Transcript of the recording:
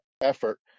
effort